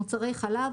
מוצרי חלב,